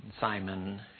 Simon